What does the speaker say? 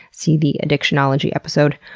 see the addictionology episode.